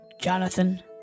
Jonathan